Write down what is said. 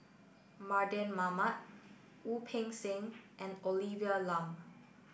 Mardan Mamat Wu Peng Seng and Olivia Lum